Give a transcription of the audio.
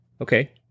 okay